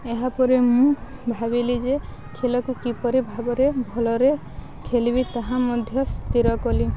ଏହାପରେ ମୁଁ ଭାବିଲି ଯେ ଖେଳକୁ କିପରି ଭାବରେ ଭଲରେ ଖେଳିବି ତାହା ମଧ୍ୟ ସ୍ଥିର କଲି